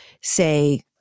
say